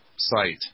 Site